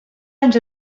anys